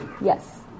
Yes